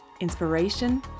inspiration